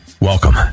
Welcome